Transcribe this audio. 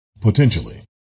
Potentially